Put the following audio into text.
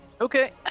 Okay